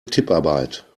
tipparbeit